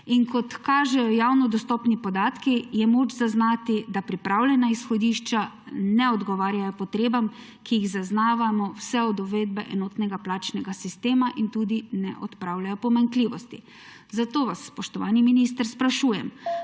In kot kažejo javno dostopni podatki, je moč zaznati, da pripravljena izhodišča ne odgovarjajo potrebam, ki jih zaznavamo vse od uvedbe enotnega plačnega sistema, in tudi ne odpravljajo pomanjkljivosti. Zato vas, spoštovani minister, sprašujem: